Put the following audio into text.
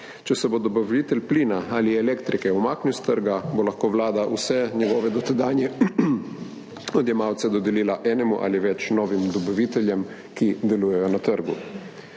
Če se bo dobavitelj plina ali elektrike umaknil s trga, bo lahko Vlada vse njegove dotedanje odjemalce dodelila enemu ali več novim dobaviteljem, ki delujejo na trgu.